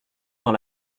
dans